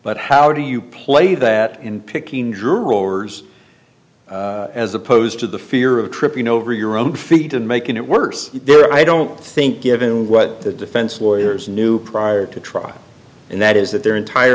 but how do you play that in picking jurors as opposed to the fear of tripping over your own feet and making it worse there i don't think given what the defense lawyers knew prior to trial and that is that their entire